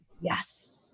yes